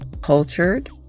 cultured